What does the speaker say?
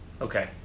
Okay